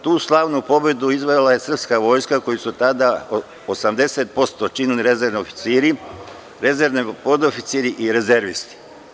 Tu slavnu pobedu izvojevala je srpska vojska koja je tada 80% činili rezervni oficiri, rezervni podoficiri i rezervisti.